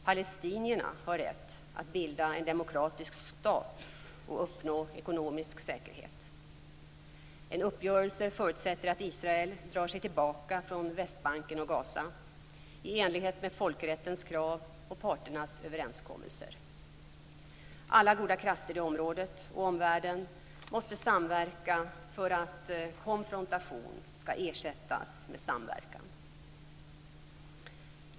Palestinierna har rätt att bilda en demokratisk stat och uppnå ekonomisk säkerhet. En uppgörelse förutsätter att Israel drar sig tillbaka från Västbanken och Gaza i enlighet med folkrättens krav och parternas överenskommelser. Alla goda krafter i området och omvärlden måste samverka för att konfrontation skall ersättas med samverkan.